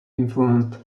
influenced